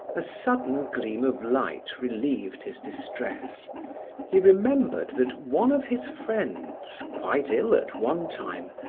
a sudden gleam of light relieved his distress he remembered that one of his friends, quite ill at one time,